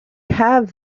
have